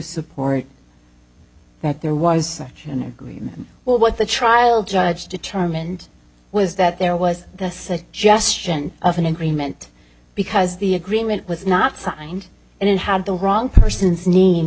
support that there was such an agreement well what the trial judge determined was that there was the suggestion of an agreement because the agreement was not signed and it had the wrong person's name